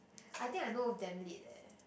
I think I know of damn late eh